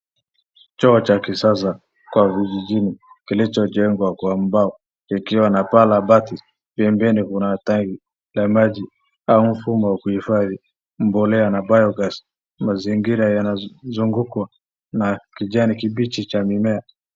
Choo cha kisasa kwa vijijini, kilichojengwa kwa mbao, na paa la mabati, pembeni kuna tangi la maji au mfumo wa kuhifadhi mbolea na bio gas mazingira yanazungukwa na kijani kibichi ya mimea.